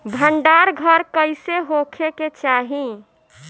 भंडार घर कईसे होखे के चाही?